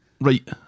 Right